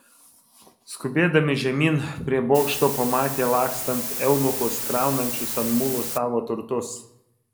skubėdami žemyn prie bokšto pamatė lakstant eunuchus kraunančius ant mulų savo turtus